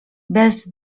bez